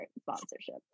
sponsorship